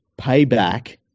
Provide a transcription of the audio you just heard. payback